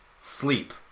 sleep